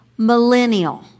millennial